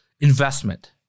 investment